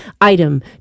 item